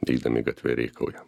eidami gatve rėkauja